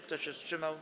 Kto się wstrzymał?